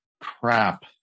crap